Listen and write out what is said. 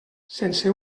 sense